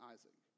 Isaac